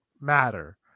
matter